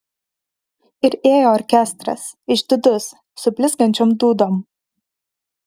ir ėjo orkestras išdidus su blizgančiom dūdom